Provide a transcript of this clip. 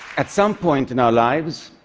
at some point in our lives,